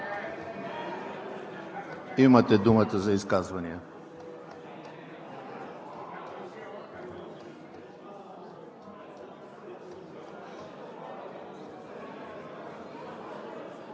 имате думата за изказване.